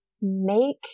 make